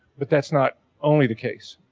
but that's not only the case.